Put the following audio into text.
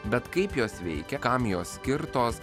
bet kaip jos veikia kam jos skirtos